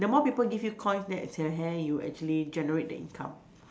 the more people give you coins that is your hair you actually generate the income